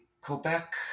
Quebec